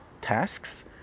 tasks